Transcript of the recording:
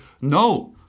no